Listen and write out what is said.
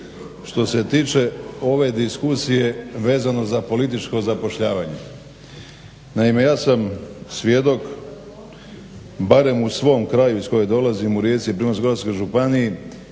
Što se tiče ove diskusije vezano za političko zapošljavanje, naime ja sam svjedok barem u svom kraju iz kojeg dolazim, u Rijeci, Prigorsko-goranskoj županiji